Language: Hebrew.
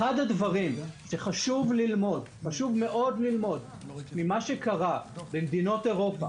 אחד הדברים שחשוב מאוד ללמוד ממה שקרה במדינות אירופה